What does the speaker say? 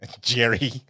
jerry